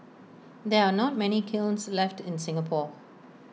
there are not many kilns left in Singapore